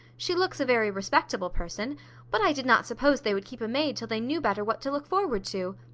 she looks a very respectable person but i did not suppose they would keep a maid till they knew better what to look forward to.